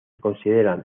consideran